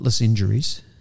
injuries –